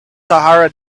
sahara